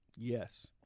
Yes